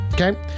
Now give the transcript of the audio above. Okay